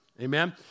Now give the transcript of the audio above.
Amen